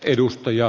puhemies